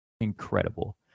incredible